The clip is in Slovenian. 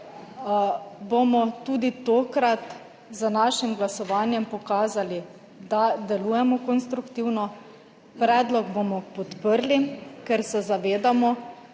bomo tudi tokrat z našim glasovanjem pokazali, da delujemo konstruktivno. Predlog bomo podprli, ker se zavedamo,